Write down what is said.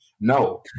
No